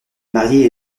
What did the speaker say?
mariée